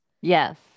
Yes